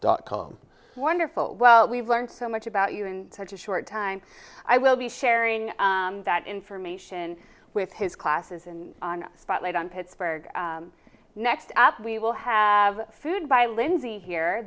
dot com wonderful well we've learned so much about you in such a short time i will be sharing that information with his classes and on spotlight on pittsburgh next up we will have food by lindsey here